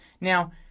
Now